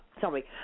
Sorry